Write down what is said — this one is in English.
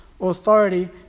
authority